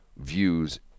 views